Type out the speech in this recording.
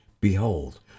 Behold